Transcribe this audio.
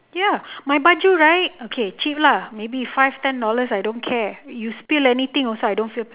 ya my baju right okay cheap lah maybe five ten dollars I don't care you spill anything also I don't feel